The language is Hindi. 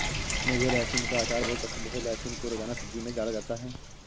मुझे लहसुन का अचार बहुत पसंद है लहसुन को रोजाना सब्जी में डाला जाता है